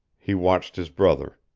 he watched his brother.